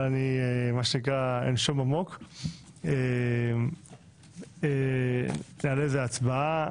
אבל אני אנשום עמוק, ואעלה את זה להצבעה.